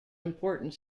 important